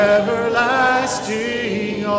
everlasting